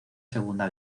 segunda